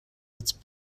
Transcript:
its